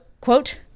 quote